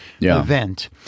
event